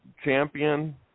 Champion